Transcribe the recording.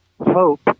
hope